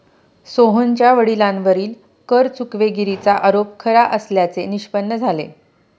सोहनच्या वडिलांवरील कर चुकवेगिरीचा आरोप खरा असल्याचे निष्पन्न झाले